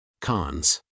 Cons